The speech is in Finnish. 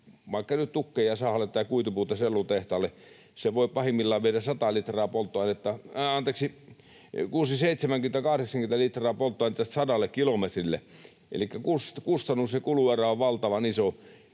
vaikka nyt tukkeja sahalle tai kuitupuuta sellutehtaalle, voi pahimmillaan viedä 70—80 litraa polttoainetta 100 kilometrillä, elikkä kustannus- ja kuluerä on valtavan iso.